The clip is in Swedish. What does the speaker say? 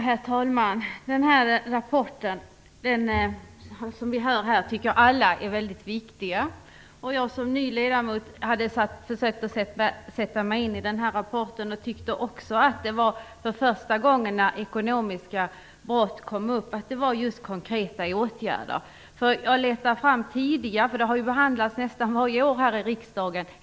Herr talman! Som vi hör här tycker alla att revisorernas rapport är mycket viktig. När jag som ny ledamot försökte sätta mig in i rapporten tyckte jag att det var första gången det talades om konkreta åtgärder mot ekonomisk brottslighet. Frågan om bekämpandet av den ekonomiska brottsligheten har behandlats nästan varje år i riksdagen.